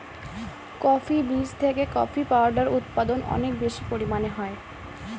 coffee বীজ থেকে coffee powder উৎপাদন অনেক বেশি পরিমাণে হয়